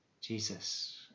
jesus